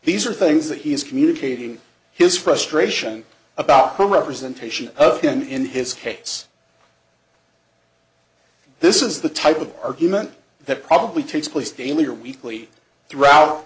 these are things that he is communicating his frustration about the representation of him in his case this is the type of argument that probably takes place daily or weekly through